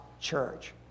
church